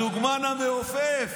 הדוגמן המעופף.